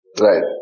Right